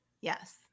Yes